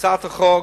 הצעת החוק